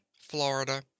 Florida